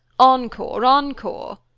encore! encore!